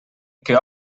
que